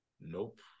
Nope